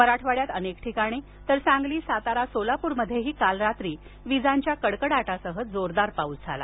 मराठवाड्यात अनेक ठिकाणी तसंच सांगली सातारा सोलापूरमध्येही काल रात्री विजांच्या कडकडाटासह जोरदार पाऊस झाला